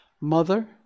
Mother